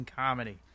comedy